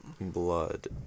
blood